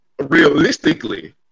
realistically